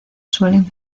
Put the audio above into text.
suelen